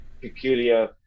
peculiar